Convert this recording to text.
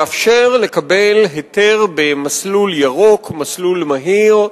לאפשר לקבל היתר במסלול ירוק, מסלול מהיר,